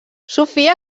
sofia